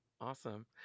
Awesome